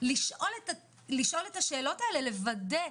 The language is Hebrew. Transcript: את השאלות האלה ולוודא.